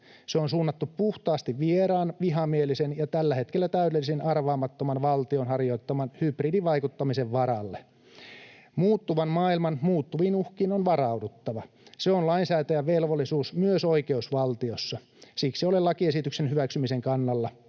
Se on suunnattu puhtaasti vieraan, vihamielisen ja tällä hetkellä täydellisen arvaamattoman valtion harjoittaman hybridivaikuttamisen varalle. Muuttuvan maailman muuttuviin uhkiin on varauduttava. Se on lainsäätäjän velvollisuus myös oikeusvaltiossa. Siksi olen lakiesityksen hyväksymisen kannalla.